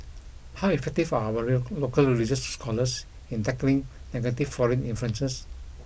how effective are our local religious scholars in tackling negative foreign influences